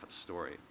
story